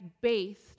based